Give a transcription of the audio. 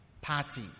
party